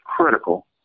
critical